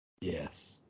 Yes